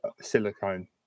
silicone